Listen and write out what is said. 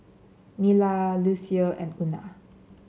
Nila Lucio and Una